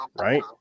Right